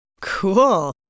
Cool